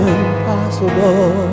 impossible